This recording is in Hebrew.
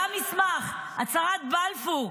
--- היה מסמך הצהרת בלפור.